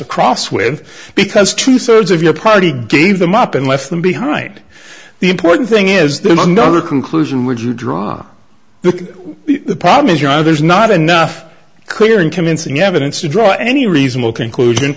to cross with because two thirds of your party gave them up and left them behind the important thing is there no other conclusion would you draw the problem is you know there's not enough clear and convincing evidence to draw any reasonable conclusion